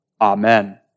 Amen